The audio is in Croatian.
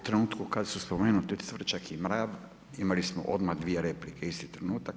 U trenutku kad su spomenuti cvrčak i mrav imali smo odmah dvije replike, isti trenutak.